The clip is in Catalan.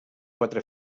quatre